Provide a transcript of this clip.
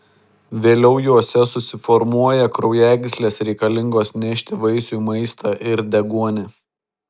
vėliau juose susiformuoja kraujagyslės reikalingos nešti vaisiui maistą ir deguonį